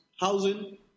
housing